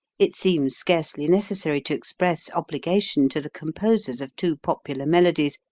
it seems scarcely necessary to express obli gation to the composers of two popular melodies,